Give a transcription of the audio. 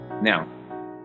Now